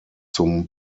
zum